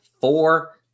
four